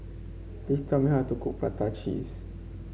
please tell me how to cook Prata Cheese